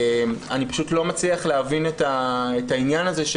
אני פשוט לא מצליח להבין את העניין הזה.